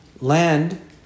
land